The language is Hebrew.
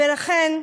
ולכן,